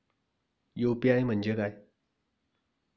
UPI म्हणजे काय?